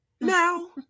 Now